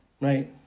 Right